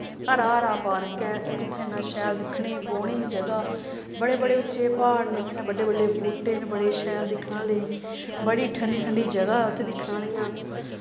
हरा हरा पार्क ऐ इक उत्थे इ'न्ना शैल दिक्खने बौह्ने गी जगह् बड़े बड़े उच्चे प्हाड़ न उत्थें बड्डे बड्डे बूह्टे न बड़े शैल दिक्खने आह्ले बड़ी ठंडी ठंडी जगह् उत्थें दिक्खने आह्लियां